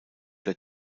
der